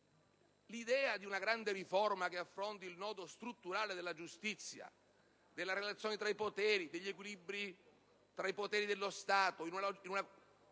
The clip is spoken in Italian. l'idea di una grande riforma che affronti il nodo strutturale della giustizia, della relazione tra i poteri, degli equilibri tra i poteri dello Stato in una